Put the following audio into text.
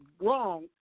wrong